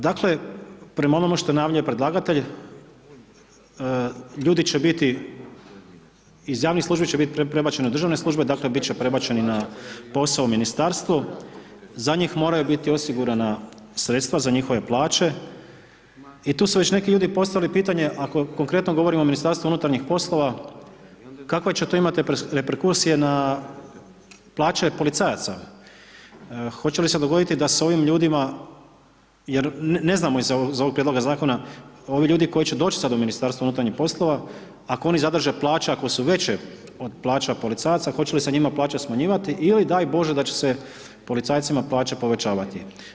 Dakle, prema onome što najavljuje predlagatelj, ljudi će biti, iz javnih službi će biti prebačeni u državne službe, dakle, biti će prebačeni na posao u Ministarstvu, za njih moraju biti osigurana sredstva, za njihove plaće i tu su već neki ljudi postavili pitanje, ako konkretno govorimo o MUP-u kakve će to imati reprekusije na plaće policajaca, hoće li se dogoditi da se ovim ljudima, jer ne znamo iz ovog prijedloga Zakona, ovi ljudi koji će sada doći u MUP ako oni zadrže plaće, ako su veće od plaća policajaca, hoće li se njima plaće smanjivati ili daj Bože da će se policajcima plaće povećavati.